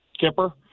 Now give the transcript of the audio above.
Kipper